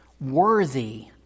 worthy